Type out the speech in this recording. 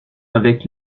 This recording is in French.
avec